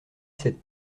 cette